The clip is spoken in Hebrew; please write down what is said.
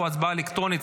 אנחנו בהצבעה אלקטרונית,